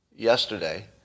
Yesterday